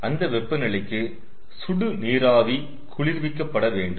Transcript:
அந்த வெப்பநிலைக்கு சுடு நீராவி குளிர்விக்க பட வேண்டும்